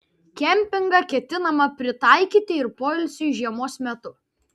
kempingą ketinama pritaikyti ir poilsiui žiemos metu